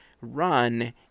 run